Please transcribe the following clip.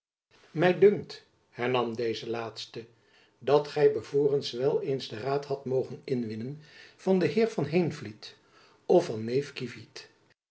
my dunkt hernam deze laatste dat gy bevorens wel eens den raad hadt mogen inwinnen van den heer van heenvliet of van neef kievit